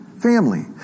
family